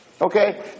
Okay